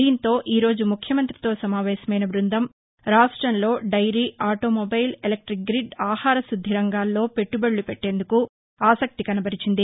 దీంతో ఈరోజు ముఖ్యమంత్రితో సమావేశమైన బృందం రాష్టంలో దైరీ ఆటోమొబైల్ ఎలక్షిక్ గ్రిడ్ ఆహారశుద్ది రంగాల్లో పెట్లుబడులు పెట్టేందుకు ఆశక్తి కనబరిచింది